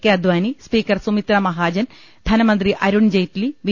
K Advani speaker Sumitra Mahajan ധനമന്ത്രി Arun Jaitley B